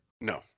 No